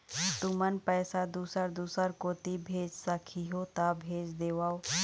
तुमन पैसा दूसर दूसर कोती भेज सखीहो ता भेज देवव?